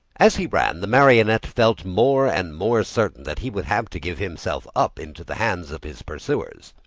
as he ran, the marionette felt more and more certain that he would have to give himself up into the hands of his pursuers.